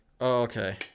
okay